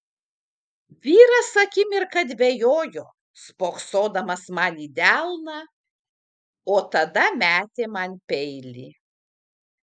vyras akimirką dvejojo spoksodamas man į delną o tada metė man peilį